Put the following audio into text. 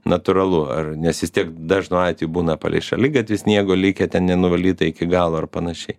natūralu ar nes vis tiek dažnu atveju būna palei šaligatvį sniego likę ten nenuvalyta iki galo ar panašiai